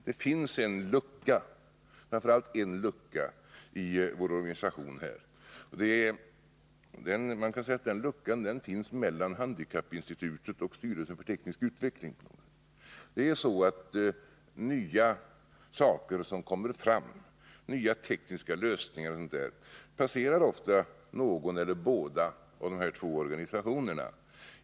Det finns en lucka i vår organisation här. Den luckan finns mellan handikappinstitutet och styrelsen för teknisk utveckling. Nya saker som kommer fram och nya tekniska lösningar passerar ofta någon av dessa organisationer eller båda organisationerna.